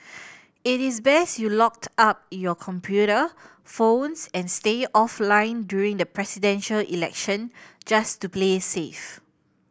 it is best you locked up your computer phones and stay offline during the Presidential Election just to play safe